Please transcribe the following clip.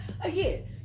again